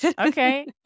okay